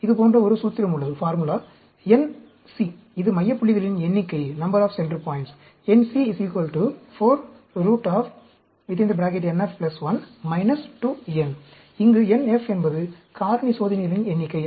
இது போன்ற ஒரு சூத்திரம் உள்ளது nc இது மைய புள்ளிகளின் எண்ணிக்கை இங்கு nF என்பது காரணி சோதனைகளின் எண்ணிக்கை